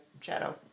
shadow